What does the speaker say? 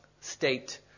state